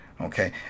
Okay